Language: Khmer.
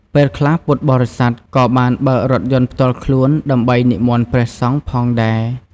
ពេលខ្លះពុទ្ធបរិស័ទក៏បានបើករថយន្តផ្ទាល់ខ្លួន ដើម្បីនិមន្តព្រះសង្ឃផងដែរ។